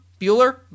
Bueller